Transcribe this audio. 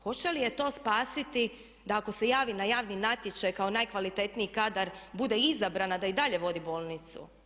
Hoće li je to spasiti da ako se javi na javni natječaj kao najkvalitetniji kadar bude izabrana da i dalje vodi bolnicu?